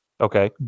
Okay